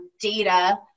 data